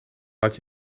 laat